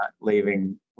leaving